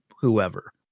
whoever